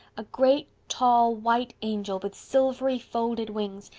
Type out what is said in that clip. a great, tall, white angel, with silvery folded wings.